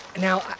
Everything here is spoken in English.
Now